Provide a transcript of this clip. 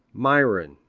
myron,